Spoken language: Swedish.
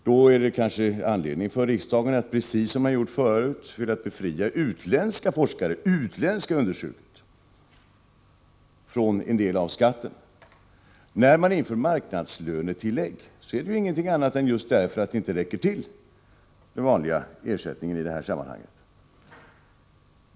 Då är det kanske anledning för riksdagen att uttala sig, precis som man gjort förut för att befria utländska forskare från en del av skatten. När man inför marknadslönetillägg, så är det ju just därför att den vanliga ersättningen i det här sammanhanget inte räcker till.